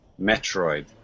Metroid